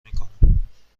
میکنم